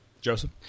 Joseph